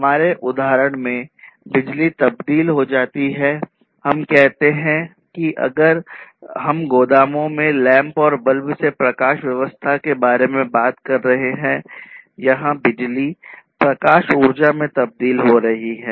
हमारे उदाहरण में बिजली तब्दील हो जाती है हम कहते हैं कि अगर हम गोदामों में लैंप और बल्ब से प्रकाश व्यवस्था के बारे में बात कर रहे हैं यहां बिजली प्रकाश ऊर्जा में तब्दील हो रही है